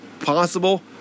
possible